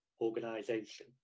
organization